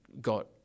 got